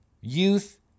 Youth